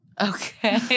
Okay